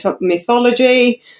mythology